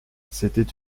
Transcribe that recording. c’était